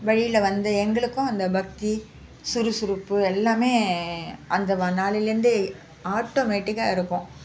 வழியில வந்த எங்களுக்கும் அந்த பக்தி சுறுசுறுப்பு எல்லாமே அந்த நாளில் இருந்தே ஆட்டோமேடிக்காக இருக்கும்